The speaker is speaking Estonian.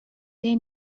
tee